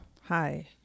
Hi